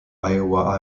iowa